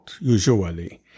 usually